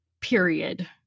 period